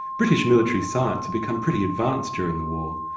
british military science had become pretty advanced during the war,